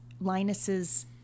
Linus's